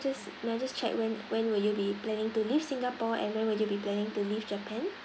just may I just check when when will you be planning to leave singapore and when will you be planning to leave japan